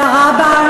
ירה בה,